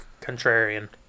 contrarian